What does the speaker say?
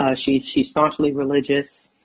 ah she's she's staunchly religious.